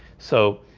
so